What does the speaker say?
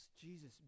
Jesus